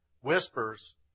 whispers